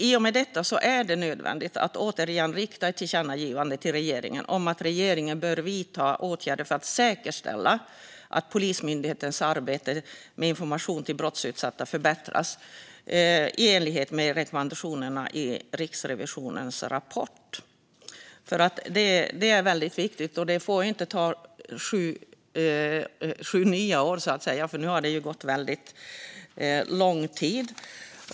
I och med detta är det nödvändigt att återigen rikta ett tillkännagivande till regeringen om att regeringen bör vidta åtgärder för att säkerställa att Polismyndighetens arbete med information till brottsutsatta förbättras i enlighet med rekommendationerna i Riksrevisionens rapport. Det här arbetet är viktigt och får inte ta sju nya år. Nu har det gått lång tid.